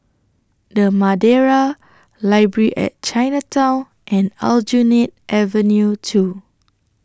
The Madeira Library At Chinatown and Aljunied Avenue two